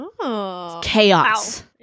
Chaos